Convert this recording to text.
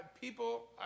People